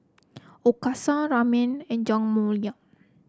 okinawa Ramen and Jajangmyeon